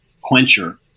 quencher